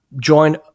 join